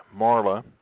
Marla